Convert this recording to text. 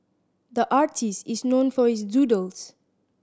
the artist is known for his doodles